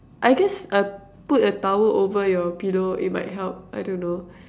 I guess uh put a towel over your pillow it might help I don't know